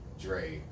Dre